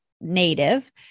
native